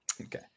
Okay